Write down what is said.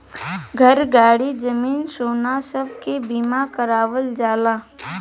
घर, गाड़ी, जमीन, सोना सब के बीमा करावल जाला